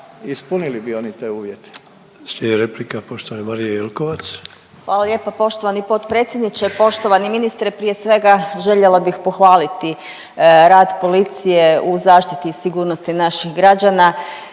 ispunili bi oni te uvjete.